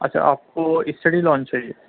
اچھا آپ کو اسٹڈی لون چاہیے